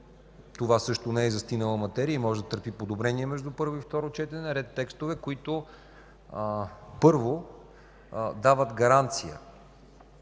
това също не е застинала материя и може да търпи подобрение между първо и второ четене – които, първо, дават гаранция